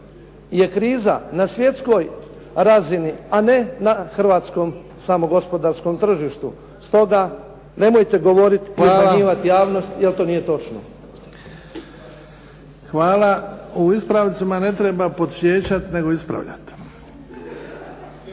je kriza na svjetskoj razini, a ne samo na hrvatskom gospodarskom tržištu. Stoga nemojte govoriti i podcjenjivati javnost, jer to nije točno. **Bebić, Luka (HDZ)** Hvala. U ispravcima ne treba podsjećati, nego ispravljati.